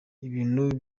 ibintu